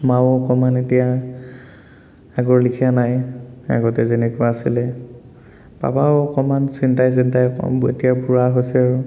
মাও অকণমান এতিয়া আগৰ লেখিয়া নাই আগতে যেনেকুৱা আছিলে পাপাও অকণমান চিন্তাই চিন্তাই অকণমান এতিয়া বুঢ়া হৈছে আৰু